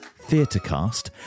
TheatreCast